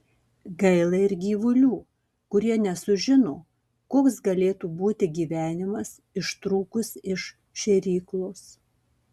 gaila ir gyvulių kurie nesužino koks galėtų būti gyvenimas ištrūkus iš šėryklos